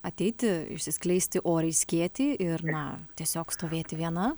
ateiti išsiskleisti oriai skėtį ir na tiesiog stovėti viena